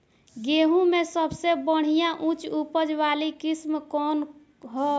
गेहूं में सबसे बढ़िया उच्च उपज वाली किस्म कौन ह?